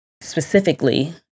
specifically